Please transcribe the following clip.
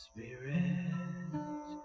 Spirit